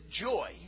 joy